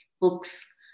books